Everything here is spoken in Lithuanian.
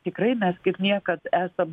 tikrai mes kaip niekad esam